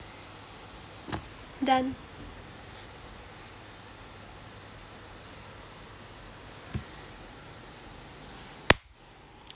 done